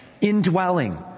Indwelling